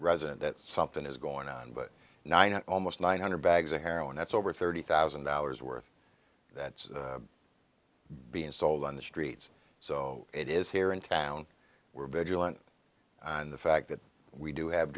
resident that something is going on but nine almost nine hundred bags of heroin that's over thirty thousand dollars worth that's being sold on the streets so it is here in town we're vigilant on the fact that we do have